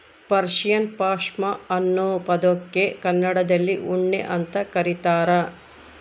Persian ಪಾಷ್ಮಾ ಅನ್ನೋ ಪದಕ್ಕೆ ಕನ್ನಡದಲ್ಲಿ ಉಣ್ಣೆ ಅಂತ ಕರೀತಾರ